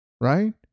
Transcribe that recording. right